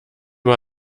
mal